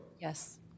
Yes